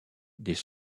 des